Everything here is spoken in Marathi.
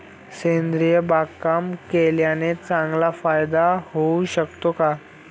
सेंद्रिय बागकाम केल्याने चांगला फायदा होऊ शकतो का?